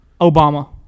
Obama